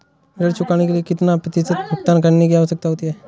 ऋण चुकाने के लिए कितना प्रतिशत भुगतान करने की आवश्यकता है?